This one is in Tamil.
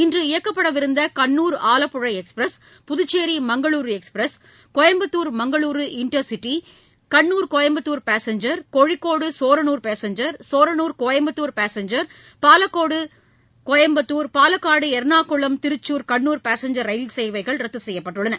இன்று இயக்கப்படவிருந்த Kannur Alappuzha express Puducherry Mangaluru express Coimbatore Mangaluru intercity Kannur Coimbatore passenger Kozhikode Shoranur passenger Shoranur Coimbatore passenger Palakkad Coimbatore Palakkad Ernakulam Thrissur Kannur passenger ரயில்சேவைகள் ரத்து செய்யப்பட்டுள்ளன